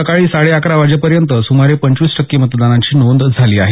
सकाळी साडे अकरा वाजेपर्यंत सुमारे पंचवीस टक्के मतदानाची नोंद झाली आहे